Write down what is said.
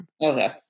Okay